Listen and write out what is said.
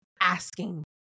asking